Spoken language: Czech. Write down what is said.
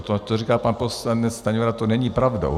To, co říkal, pan poslanec Stanjura, to není pravdou.